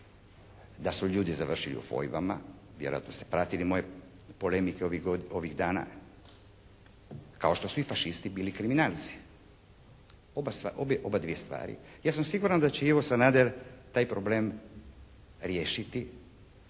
da su ljudi završili u fojbama, vjerojatno ste pratili moje polemike ovih dana, kao što su i fašisti bili kriminalci. Obadvije stvari. Ja sam siguran da će Ivo Sanader taj problem riješiti